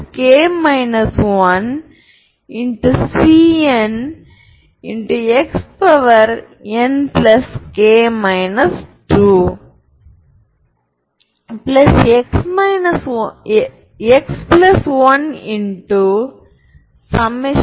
ஏனென்றால் உங்களிடம் சமச்சீர் மேட்ரிக்ஸ் உள்ளது அதாவது உண்மையான உள்ளீடுகள் அதாவது இந்த ஹெர்மிடியன்